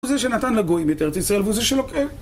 הוא זה שנתן לגויים את ארץ ישראל, והוא זה שלוקח...